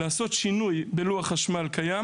לעשות שינוי בלוח חשמל קיים